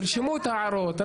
תרשמו את ההערות,